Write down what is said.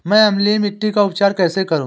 मैं अम्लीय मिट्टी का उपचार कैसे करूं?